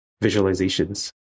visualizations